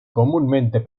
comúnmente